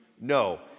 No